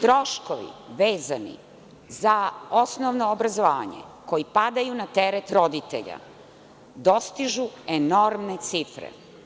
Troškovi vezani za osnovno obrazovanje koji padaju na teret roditelja dostižu enormne cifre.